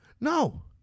no